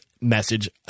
message